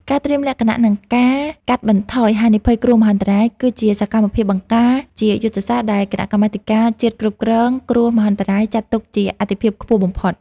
ការត្រៀមលក្ខណៈ និងការកាត់បន្ថយហានិភ័យគ្រោះមហន្តរាយ គឺជាសកម្មភាពបង្ការជាយុទ្ធសាស្ត្រដែលគណៈកម្មាធិការជាតិគ្រប់គ្រងគ្រោះមហន្តរាយ ចាត់ទុកជាអាទិភាពខ្ពស់បំផុត។